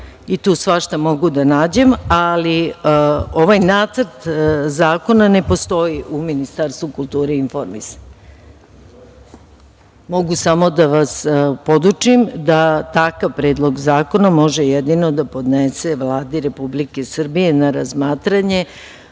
i tu svašta mogu da nađem, ali ovaj nacrt zakona ne postoji u Ministarstvu kulture i informisanja. Mogu samo da vas podučim da takav predlog zakona može jedino da podnese Vladi Republike Srbije na razmatranje